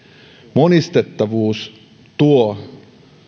monistettavuus tuo